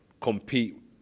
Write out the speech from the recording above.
compete